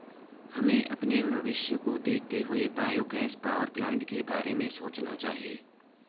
हमें अपने भविष्य को देखते हुए बायोगैस पावरप्लांट के बारे में सोचना चाहिए